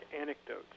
anecdotes